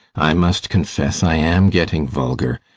i must confess i am getting vulgar,